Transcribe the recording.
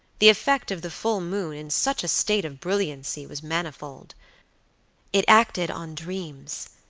the effect of the full moon in such a state of brilliancy was manifold it acted on dreams,